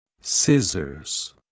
scissors